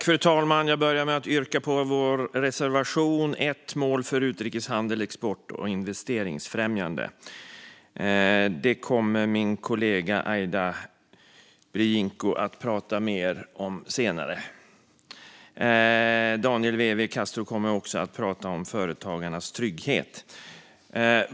Fru talman! Jag yrkar bifall till vår reservation om ett mål för utrikeshandel, export och investeringsfrämjande. Detta kommer min kollega Aida Birinxhiku prata mer om senare, och Daniel Vencu Velasquez Castro kommer att prata om företagarnas trygghet.